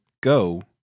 go